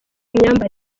myambarire